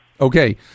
Okay